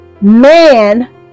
man